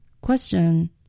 Question